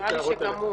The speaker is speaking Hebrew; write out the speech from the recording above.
נראה לי שגם הוא.